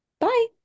bye